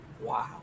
Wow